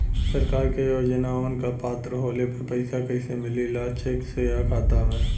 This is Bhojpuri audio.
सरकार के योजनावन क पात्र होले पर पैसा कइसे मिले ला चेक से या खाता मे?